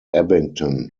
abington